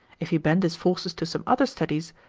if he bend his forces to some other studies,